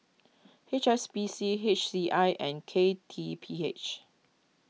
H S B C H C I and K T P H